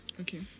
Okay